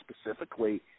specifically